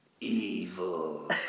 evil